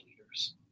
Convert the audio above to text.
leaders